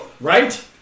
Right